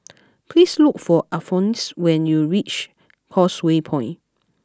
please look for Alphonse when you reach Causeway Point